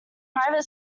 private